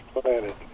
planet